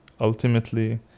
ultimately